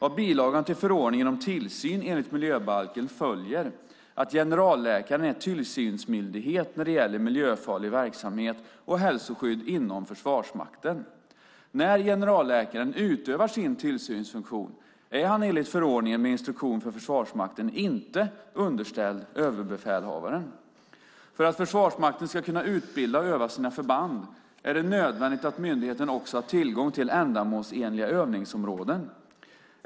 Av bilagan till förordningen om tillsyn enligt miljöbalken följer att generalläkaren är tillsynsmyndighet när det gäller miljöfarlig verksamhet och hälsoskydd inom Försvarsmakten. När generalläkaren utövar sin tillsynsfunktion är han enligt förordningen med instruktion för Försvarsmakten inte underställd överbefälhavaren. För att Försvarsmakten ska kunna utbilda och öva sina förband är det nödvändigt att myndigheten också har tillgång till ändamålsenliga övningsområden.